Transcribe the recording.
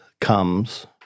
comes